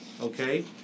okay